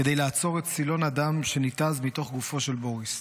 כדי לעצור את סילון הדם שניתז מתוך גופו של בוריס.